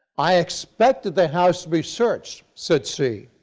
i expected the house to be searched said she